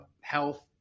health